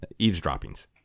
eavesdroppings